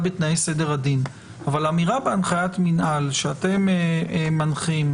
בתנאי סדר הדין אבל אמירה בהנחיית מינהל שאתם מנחים,